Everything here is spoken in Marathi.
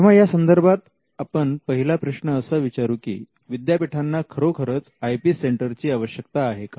तेव्हा यासंदर्भात आपण पहिला प्रश्न असा विचारू की विद्यापीठांना खरोखरच आय पी सेंटरची आवश्यकता आहे का